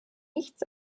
nichts